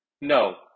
No